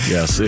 Yes